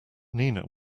nina